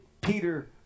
Peter